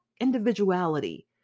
individuality